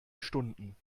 stunden